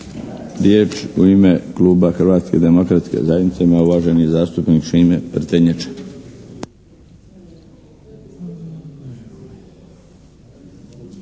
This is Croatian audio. Riječ u ime Kluba Hrvatske demokratske zajednice ima uvaženi zastupnik Šime Prtenjača.